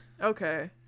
Okay